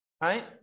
Right